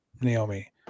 Naomi